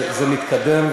זה מתקדם,